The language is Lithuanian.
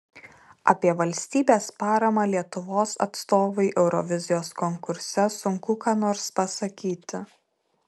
apie valstybės paramą lietuvos atstovui eurovizijos konkurse sunku ką nors pasakyti